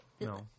no